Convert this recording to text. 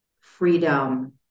freedom